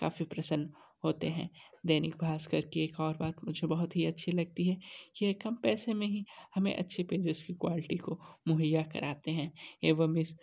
काफ़ी प्रसन्न होते हैं दैनिक भास्कर की एक और बात मुझे बहुत ही अच्छी लगती है कि यह कम पैसे में ही हमें अच्छी पेजे़स की क्वालिटी को मुहैया कराते हैं एवं इस